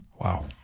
Wow